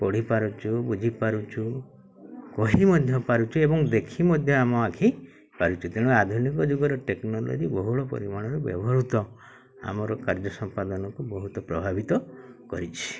ପଢ଼ି ପାରୁଛୁ ବୁଝିପାରୁଛୁ କହି ମଧ୍ୟ ପାରୁଛୁ ଏବଂ ଦେଖି ମଧ୍ୟ ଆମ ଆଖି ପାରୁଛୁ ତେଣୁ ଆଧୁନିକ ଯୁଗର ଟେକ୍ନୋଲୋଜି ବହୁଳ ପରିମାଣରେ ବ୍ୟବହୃତ ଆମର କାର୍ଯ୍ୟ ସମ୍ପାଦନକୁ ବହୁତ ପ୍ରଭାବିତ କରିଛି